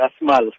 Asmal